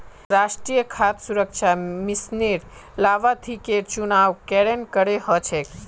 राष्ट्रीय खाद्य सुरक्षा मिशनेर लाभार्थिकेर चुनाव केरन करें हो छेक